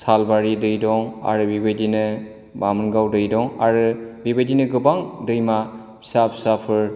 सालबारि दै दं आरो बेबायदिनो बामोनगाव दै दं आरो बेबायदिनो गोबां दैमा फिसा फिसाफोर